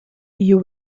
you